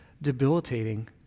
debilitating